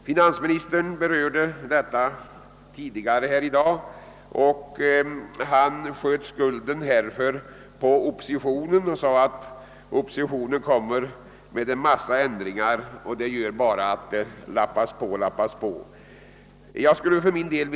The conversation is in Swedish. Finansministern berörde detta tidigare i dag och sköt skulden härför på oppositionen och sade, att den kommer med en mängd förslag om ändringar som gör att det lappas på gång på gång.